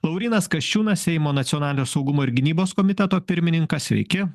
laurynas kasčiūnas seimo nacionalinio saugumo ir gynybos komiteto pirmininkas sveiki